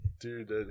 Dude